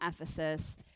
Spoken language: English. Ephesus